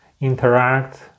interact